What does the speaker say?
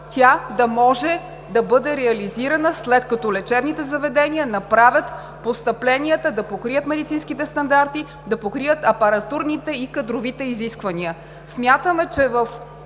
да може да бъде реализирана, след като лечебните заведения направят постъпленията да покрият медицинските стандарти, да покрият апаратурните и кадровите изисквания. Смятаме, че в